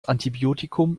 antibiotikum